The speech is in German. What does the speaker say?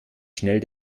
schnell